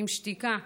עם שתיקה.